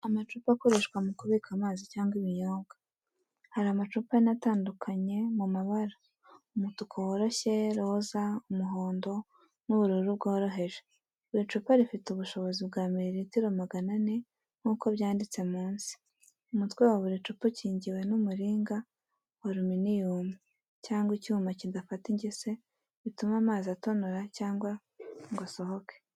Amacupa akoreshwa mu kubika amazi cyangwa ibinyobwa. Hari amacupa ane atandukanye mu mabara umutuku woroshye, roza, umuhondo n'ubururu bworoheje. Buri cupa rifite ubushobozi bwa miriritiro magana ane nk’uko byanditse munsi. Umutwe wa buri cupa ukingiwe n’umuringa wa aruminiyumu cyangwa icyuma kidafata ingese bituma amazi atonora cyangwa ngo asohoke.